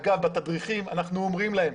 אגב, בתדריכים אנחנו אומרים להם,